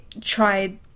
tried